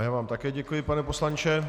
Já vám také děkuji, pane poslanče.